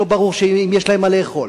שלא ברור אם יש להם מה לאכול.